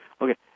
Okay